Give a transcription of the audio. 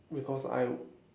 because I